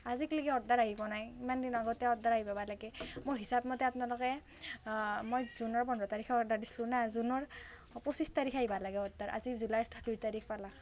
আজি লৈকে অৰ্ডাৰ আহি পোৱা নাই ইমান দিন আগতে অৰ্ডাৰ আহি পাব লাগে মোৰ হিচাপ মতে আপোনালোকে মই জুনৰ পোন্ধৰ তাৰিখে অৰ্ডাৰ দিছিলোঁ ন' জুনৰ পঁচিছ তাৰিখে আহিব লাগে অৰ্ডাৰ আজি জুলাইৰ দুই তাৰিখ পালাক